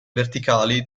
verticali